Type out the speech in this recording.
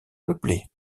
peuplée